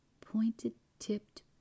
pointed-tipped